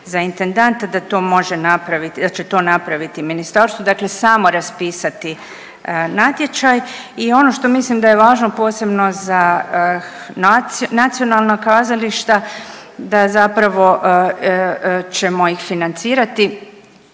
za intendanta da će to napraviti ministarstvo, dakle samo raspisati natječaj. I ono što mislim da je važno posebno za nacionalna kazališta da zapravo ćemo ih financirati